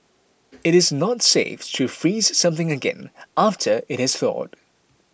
it is not safe to freeze something again after it has thawed